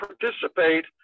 participate